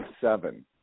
seven